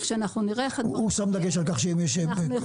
וכשאנחנו נראה איך הדברים עובדים --- הוא שם דגש על כך שיש התאגדות.